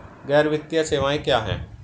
गैर वित्तीय सेवाएं क्या हैं?